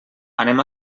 anem